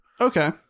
Okay